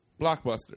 blockbuster